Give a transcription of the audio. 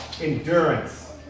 Endurance